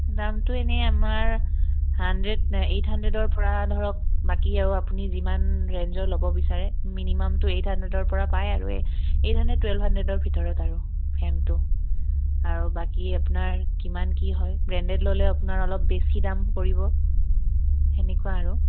দামটো এনেই আমাৰ হাড্ৰেড এইট হাণ্ড্ৰেডৰপৰা ধৰক বাকী আৰু আপুনি যিমান ৰেঞ্জৰ ল'ব বিচাৰে মিনিমামটো এইট হাণ্ড্ৰেডৰপৰা পায় আৰু এইট হাণ্ড্ৰেড টুৱেল্ভ হাণ্ড্ৰেডৰ ভিতৰত আৰু ফেমটো আৰু বাকী আপোনাৰ কিমান কি হয় ব্ৰেণ্ডেড ল'লে আপোনাৰ অলপ বেছি দাম পৰিব সেনেকুৱা আৰু